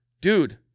dude